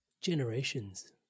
Generations